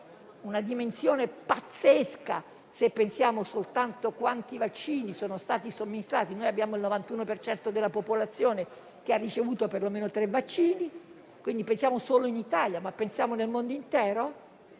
una dimensione pazzesca, se pensiamo soltanto a quanti vaccini sono stati somministrati. Noi abbiamo il 91 per cento della popolazione che ha ricevuto per lo meno tre vaccini; quindi pensiamo solo in Italia, ma pensiamo anche nel mondo intero.